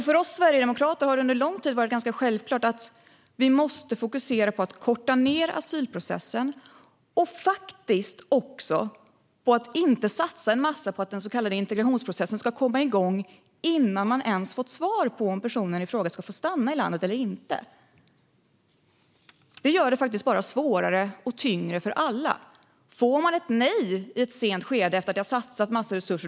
För oss sverigedemokrater har det under en lång tid varit ganska självklart att vi måste fokusera på att korta asylprocessen och faktiskt också på att inte satsa en massa på att den så kallade integrationsprocessen ska komma igång innan man ens har fått svar på om personen i fråga ska få stanna i landet eller inte. Det gör det bara svårare och tyngre för alla. Låt oss säga att personen får ett nej i ett sent skede, efter att det har satsats en massa resurser.